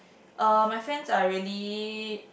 uh my friends are really